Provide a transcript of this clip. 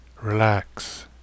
relax